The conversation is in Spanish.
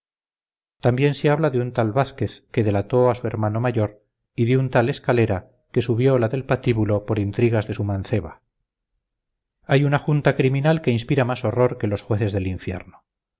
también se habla de un tal vázquez que delató a su hermano mayor y de un tal escalera que subió la del patíbulo por intrigas de su manceba hay unajunta criminal que inspira más horror que los jueces del infierno